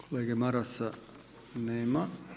Kolege Marasa nema.